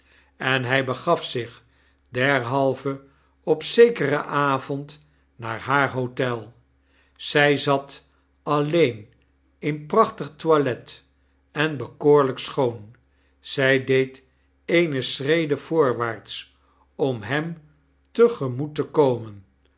en hij begaf zich derhalve op zekeren avond naar haar hotel zij zat alleen in prachtig toilet en bekoorlijk schoon zij deed eene schrede voorwaarts om hem te gemoet te komen